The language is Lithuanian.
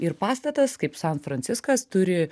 ir pastatas kaip san franciskas turi